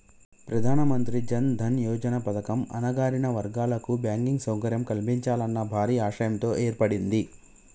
ప్రధానమంత్రి జన్ దన్ యోజన పథకం అణగారిన వర్గాల కు బ్యాంకింగ్ సౌకర్యం కల్పించాలన్న భారీ ఆశయంతో ఏర్పడింది